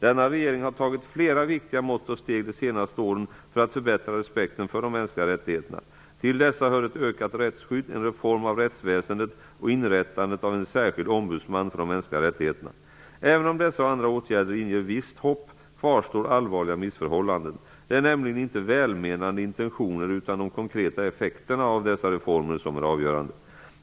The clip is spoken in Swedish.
Denna regering har tagit flera viktiga mått och steg de senaste åren för att förbättra respekten för de mänskliga rättigheterna. Till dessa hör ett ökat rättsskydd, en reform av rättsväsendet och inrättandet av en särskild ombudsman för de mänskliga rättigheterna. Även om dessa och andra åtgärder inger visst hopp kvarstår allvarliga missförhållanden. Det är nämligen inte välmenande intentioner utan de konkreta effekterna av dessa reformer som är avgörande.